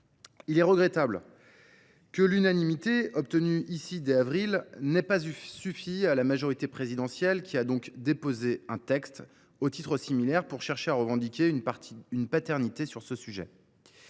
Il est regrettable que l’unanimité obtenue au Sénat dès le mois d’avril n’ait pas suffi à la majorité présidentielle, qui a donc déposé un texte au titre similaire pour chercher à revendiquer une paternité sur ce sujet.